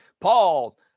Paul